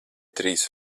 trīs